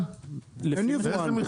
אין יבואן.